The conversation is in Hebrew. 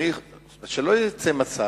שלא יצא מצב,